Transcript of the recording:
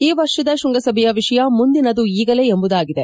ಈ ವರ್ಷದ ಶೃಂಗಸಭೆಯ ವಿಷಯ ಮುಂದಿನದು ಈಗಲೇ ಎಂಬುದಾಗಿದೆ